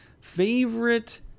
favorite